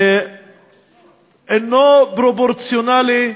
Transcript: אינו פרופורציונלי,